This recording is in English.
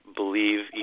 believe